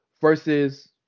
versus